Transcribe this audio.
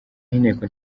inteko